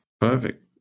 Perfect